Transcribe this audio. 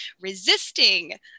resisting